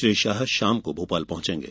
श्री शाह शाम को भोपाल पहॅंचेंगे